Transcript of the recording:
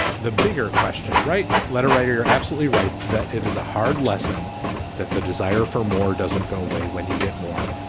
the bigger question. right? letter writer. you're absolutely right that it is a hard lesson that the desire for more doesn't go away when you get more.